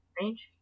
Range